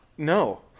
No